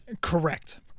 Correct